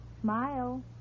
smile